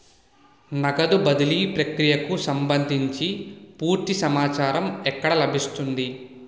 నగదు బదిలీ ప్రక్రియకు సంభందించి పూర్తి సమాచారం ఎక్కడ లభిస్తుంది?